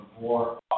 more